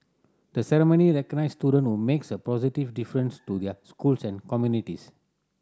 the ceremony recognises student who makes a positive difference to their schools and communities